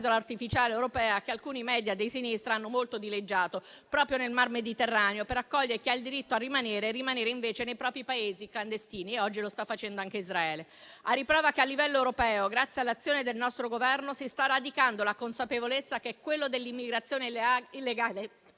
isola artificiale europea, che alcuni media dei sinistra hanno molto dileggiato, proprio nel Mar Mediterraneo, per accogliere chi ha il diritto a rimanere e far rimanere invece nei propri Paesi i clandestini. Oggi lo sta facendo anche Israele, a riprova che a livello europeo, grazie all'azione del nostro Governo, si sta radicando la consapevolezza che quello dell'immigrazione illegale